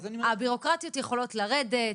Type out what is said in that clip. הביורוקרטיות יכולות לרדת.